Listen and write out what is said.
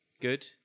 Good